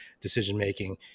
decision-making